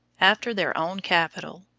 after their own capital.